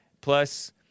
Plus